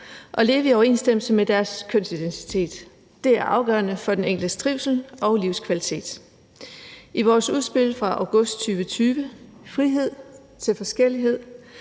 at leve i overensstemmelse med deres kønsidentitet. Det er afgørende for den enkeltes trivsel og livskvalitet. I vores udspil fra august 2020 »Frihed til forskellighed